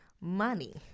money